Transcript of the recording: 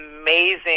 amazing